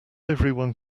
everyone